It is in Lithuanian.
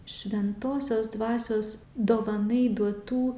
šventosios dvasios dovanai duotų